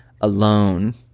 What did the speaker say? alone